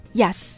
yes